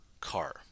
car